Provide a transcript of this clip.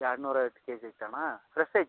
ಎರಡ್ನೂರ ಐವತ್ತು ಕೆಜಿ ಐತಣ್ಣ ಫ್ರೆಶ್ ಐತಿ